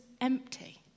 empty